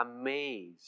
amazed